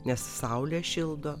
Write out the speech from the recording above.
nes saulė šildo